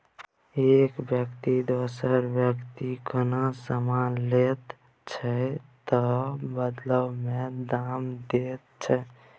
एक बेकती दोसर बेकतीसँ कोनो समान लैत छै तअ बदला मे दाम दैत छै